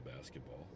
basketball